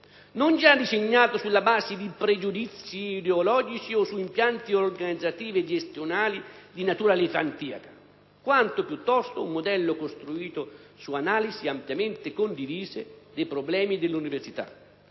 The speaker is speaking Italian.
non già disegnato sulla base di pregiudizi ideologici o su impianti organizzativi e gestionali di natura elefantiaca, quanto piuttosto su analisi ampiamente condivise dei problemi dell'università